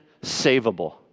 savable